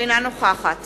אינה נוכחת